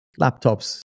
laptops